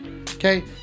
Okay